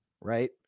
right